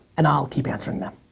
and i'll keep answering them.